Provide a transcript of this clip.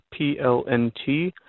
PLNT